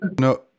No